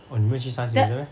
oh 你没有去 science museum 的 meh